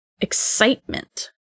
excitement